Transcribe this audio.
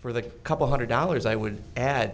for the couple hundred dollars i would add